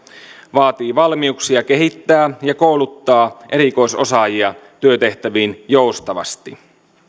vaatii valmiuksia kehittää ja kouluttaa erikoisosaajia työtehtäviin joustavasti